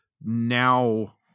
Now